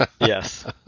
Yes